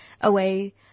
away